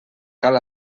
cal